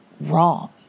wrong